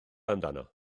amdano